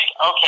okay